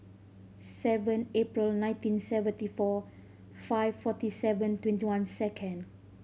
seven April nineteen seventy four five forty seven twenty one second